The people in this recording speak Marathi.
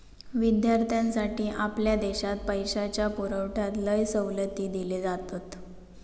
विद्यार्थ्यांसाठी आपल्या देशात पैशाच्या पुरवठ्यात लय सवलती दिले जातत